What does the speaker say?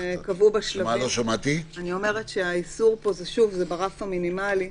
זה איסור ברף המינימלי,